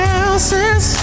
else's